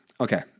Okay